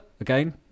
again